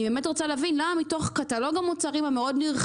אני באמת רוצה להבין למה מתוך קטלוג המוצרים הנרחב